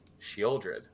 Shieldred